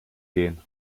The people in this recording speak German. gehen